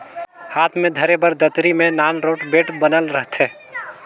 हाथ मे धरे बर दतरी मे नान रोट बेठ बनल रहथे